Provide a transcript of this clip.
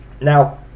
Now